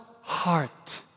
heart